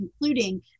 including